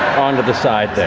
onto the side